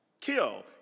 kill